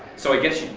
so, i guess,